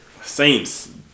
Saints